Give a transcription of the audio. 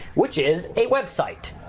which is a website,